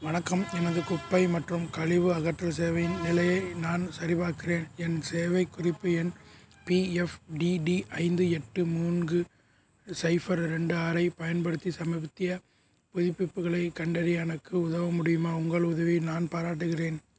வணக்கம் எனது குப்பை மற்றும் கழிவு அகற்றல் சேவையின் நிலையை நான் சரிபார்க்கிறேன் என் சேவைக் குறிப்பு எண் பிஎஃப்டிடி ஐந்து எட்டு மூன்கு சைஃபர் ரெண்டு ஆறைப் பயன்படுத்தி சமீபத்திய புதுப்பிப்புகளைக் கண்டறிய எனக்கு உதவ முடியுமா உங்கள் உதவியை நான் பாராட்டுகிறேன்